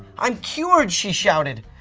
i'm cured! she shouted.